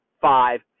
Five